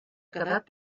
quedat